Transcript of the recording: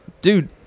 Dude